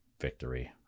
victory